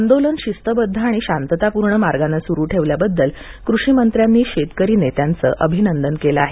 आंदोलन शिस्तबदध आणि शांतता पूर्ण मार्गाने सुरू ठेवल्याबद्दल कृषी मंत्र्यांनी शेतकरी नेत्यांचं अभिनंदन केलं आहे